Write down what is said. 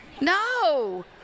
No